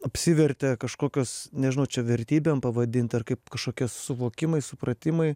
apsivertė kažkokios nežinau čia vertybėm pavadint ar kaip kažkokie suvokimai supratimai